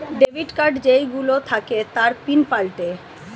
debit card যেই গুলো থাকে তার পিন পাল্টায়ে